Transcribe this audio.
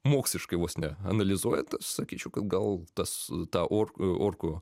moksliškai vos ne analizuojant aš sakyčiau kad gal tas ta ork orkų